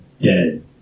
Dead